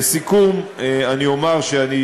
לסיכום אני אומר שאני,